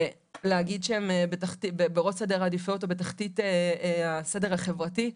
ולהגיד שהם בראש סדר העדיפויות או בתחתית הסדר החברתי,